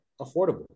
affordable